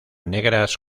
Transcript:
negras